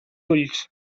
ulls